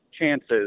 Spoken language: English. chances